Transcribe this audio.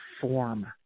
form